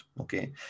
okay